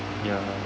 ya